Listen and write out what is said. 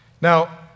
Now